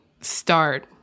start